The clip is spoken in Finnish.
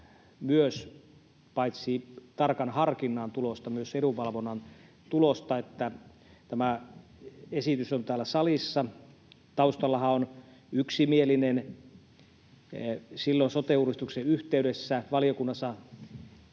on paitsi tarkan harkinnan tulosta myös edunvalvonnan tulosta, että tämä esitys on täällä salissa. Taustallahan on yksimielinen, silloin sote-uudistuksen yhteydessä valiokunnassa